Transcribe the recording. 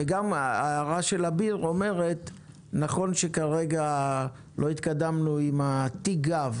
וגם ההערה של אביר אומרת נכון שכרגע לא התקדמנו עם התיק גב